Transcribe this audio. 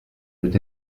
wird